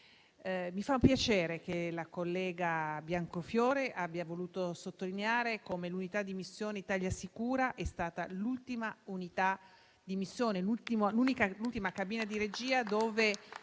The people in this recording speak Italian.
Mi fa piacere che la collega Biancofiore abbia voluto sottolineare come ItaliaSicura sia stata l'ultima unità di missione, l'ultima cabina di regia dove